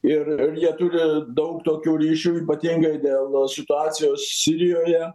ir ir jie daug tokių ryšių ypatingai dėl situacijos sirijoje